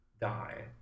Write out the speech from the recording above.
die